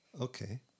Okay